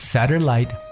Satellite